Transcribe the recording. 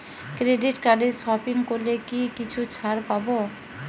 Credit কার্ডে shopping করলে কি কিছু ছাড় পাব?